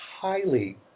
highly